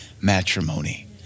matrimony